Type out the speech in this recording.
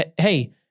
hey